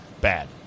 bad